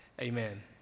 Amen